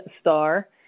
star